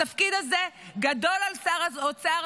התפקיד הזה גדול על שר האוצר,